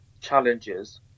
challenges